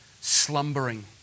slumbering